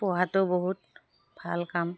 পোহাটো বহুত ভাল কাম